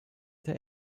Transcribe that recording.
der